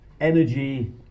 energy